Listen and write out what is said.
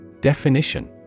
Definition